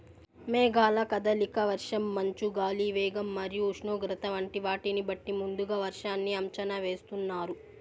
మేఘాల కదలిక, వర్షం, మంచు, గాలి వేగం మరియు ఉష్ణోగ్రత వంటి వాటిని బట్టి ముందుగా వర్షాన్ని అంచనా వేస్తున్నారు